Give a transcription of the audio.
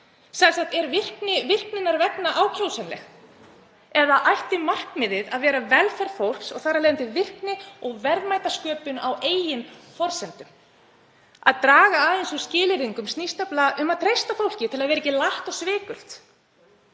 Er virkni virkninnar vegna ákjósanleg eða ætti markmiðið að vera velferð fólks og þar af leiðandi virkni og verðmætasköpun á eigin forsendum? Að draga aðeins úr skilyrðingum snýst nefnilega um að treysta fólki til að vera ekki latt og svikult,